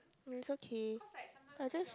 it's okay I just